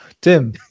Tim